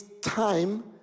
time